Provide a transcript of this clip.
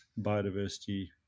biodiversity